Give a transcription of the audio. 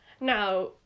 Now